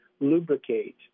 lubricate